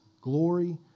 glory